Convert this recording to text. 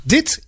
Dit